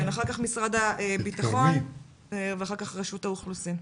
אחר כך משרד הבטחון ואחר כך רשות האוכלוסין.